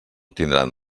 tindran